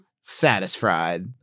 satisfied